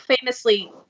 famously